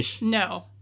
no